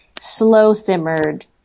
slow-simmered